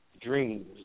dreams